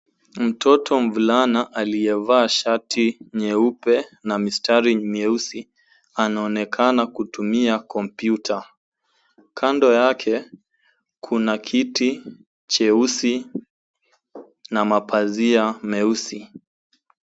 Mtoto mvulana aliyevaa shati nyeupe na mistari meusi anaonekana kutumia kompyuta. Kando yake, kuna kiti cheusi na mapazia meusi.